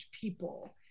people